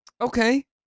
Okay